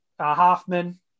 Hoffman